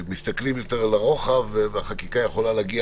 מסתכלים יותר לרוחב והחקיקה יכולה להגיע